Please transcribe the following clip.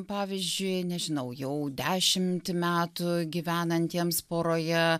pavyzdžiui nežinau jau dešimt metų gyvenantiems poroje